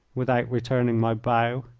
without returning my bow.